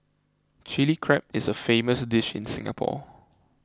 Chilli Crab is a famous dish in Singapore